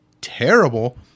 terrible